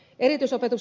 miten